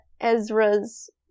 Ezra's